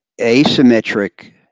asymmetric